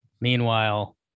Meanwhile